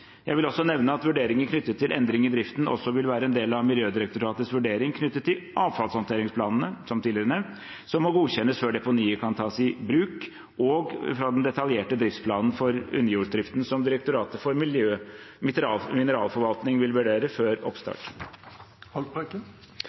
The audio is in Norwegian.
Jeg vil også nevne at vurderinger knyttet til endring i driften også vil være en del av Miljødirektoratets vurdering knyttet til avfallshåndteringsplanene, som tidligere nevnt, som må godkjennes før deponiet kan tas i bruk, også ut fra den detaljerte driftsplanen for underjordsdriften som Direktoratet for mineralforvaltning vil vurdere før oppstart.